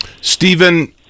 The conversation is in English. Stephen